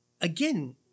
again